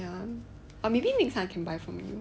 um or maybe next time I can buy from you